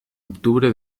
octubre